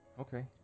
Okay